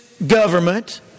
government